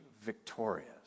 victorious